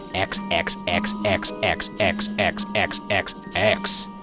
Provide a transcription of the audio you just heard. x x x x x x x x x x.